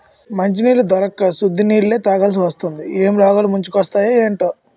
మంచినీళ్లు దొరక్క సుద్ద నీళ్ళే తాగాలిసివత్తాంది ఏం రోగాలు ముంచుకొత్తయే ఏటో